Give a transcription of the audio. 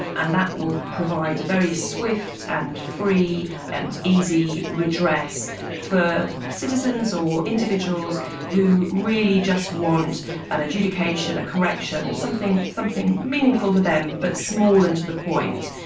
and that will provide a very swift and free and easy redress for citizens or individuals who really just want an adjudication, a correction, something something meaningful for them but small and to the point.